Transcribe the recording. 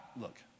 Look